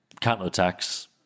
counter-attacks